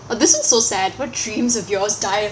this is so sad what dreams of yours die